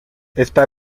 está